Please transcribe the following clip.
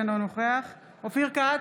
אינו נוכח אופיר כץ,